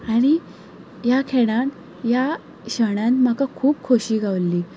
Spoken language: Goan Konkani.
आनी ह्या खिणान ह्या शणान म्हाका खूब खोशी गावली